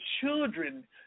children